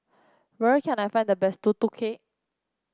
where can I find the best Tutu Kueh